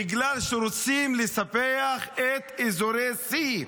בגלל שרוצים לספח את אזורי C,